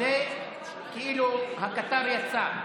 זה כאילו הקטר יצא,